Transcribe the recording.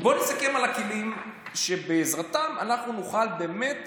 בוא נסכם על הכלים שבעזרתם אנחנו נוכל באמת